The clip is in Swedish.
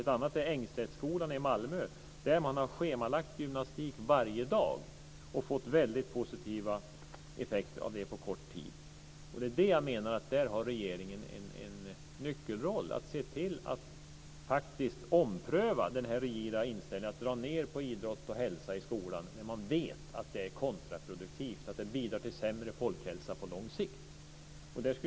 Ett annat är Ängslättskolan i Malmö, där man har schemalagt gymnastik varje dag och har fått väldigt positiva effekter på kort tid. Jag menar att regeringen där har en nyckelroll att se till att ompröva den rigida inställningen att dra ned på idrott och hälsa i skolan när man vet att det är kontraproduktivt och att det bidrar till sämre folkhälsa på lång sikt.